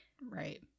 right